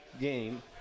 game